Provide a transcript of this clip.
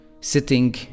sitting